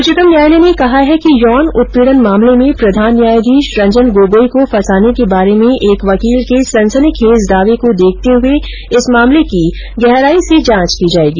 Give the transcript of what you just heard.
उच्चतम न्यायालय ने कहा है कि यौन उत्पीड़न मामले में प्रधान न्यायाधीश रंजन गोगोई को फंसाने के बारे में एक वकील के सनसनीखेज दावे को देखते हुए इस मामले की गहराई से जांच की जाएगी